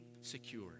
secure